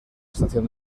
estación